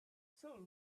saul